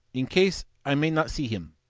in case i may not see him.